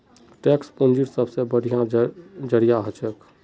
tax पूंजीर सबसे बढ़िया जरिया हछेक